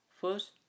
first